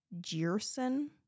Jerson